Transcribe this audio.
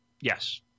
Yes